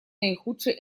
наихудший